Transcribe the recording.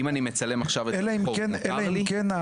אם אני מצלם עכשיו את הרחוב, מותר לי?